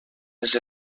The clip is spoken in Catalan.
les